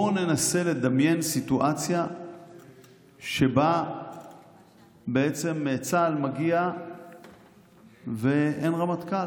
בוא ננסה לדמיין סיטואציה שבה בעצם צה"ל מגיע ואין רמטכ"ל.